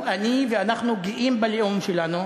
אני ואנחנו גאים בלאום שלנו.